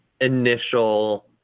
initial